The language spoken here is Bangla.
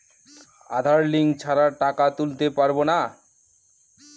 আধার লিঙ্ক ছাড়া টাকা তুলতে পারব না?